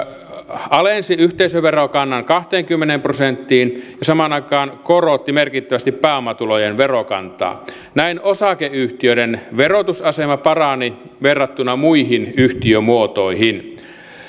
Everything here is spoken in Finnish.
alensi yhteisöverokannan kahteenkymmeneen prosenttiin ja samaan aikaan korotti merkittävästi pääomatulojen verokantaa näin osakeyhtiöiden verotusasema parani verrattuna muihin yhtiömuotoihin